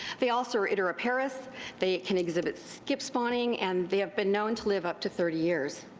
they also are idiroparous, they can exhibit skip spawning, and they have been known to live up to thirty years.